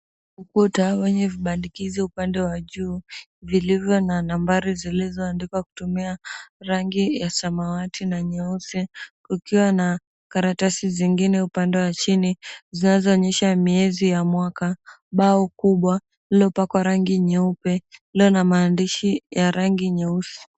Ukuta wenye vibandikizi upande wa juu vilivyo na nambari zilizoandikwa kutumia rangi ya samawati na nyeusi, kukiwa na karatasi zingine upande wa chini, zinazoonyesha miezi ya mwaka. Bao kubwa lililopakwa rangi nyeupe, lililo na maandishi ya rangi nyeusi.